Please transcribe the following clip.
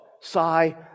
Sigh